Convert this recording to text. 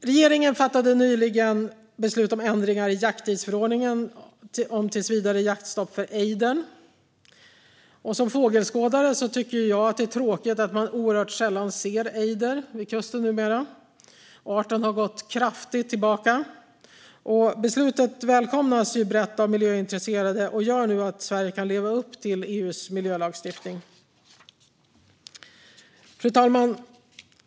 Regeringen fattade nyligen beslut om ändringar i jakttidsförordningen om tills vidare jaktstopp för ejdern. Som fågelskådare tycker jag att det är tråkigt att man oerhört sällan ser ejder vid kusten numera. Arten har gått kraftigt tillbaka. Beslutet välkomnas brett av miljöintresserade och gör att Sverige nu kan leva upp till EU:s miljölagstiftning. Fru talman!